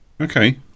okay